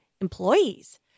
employees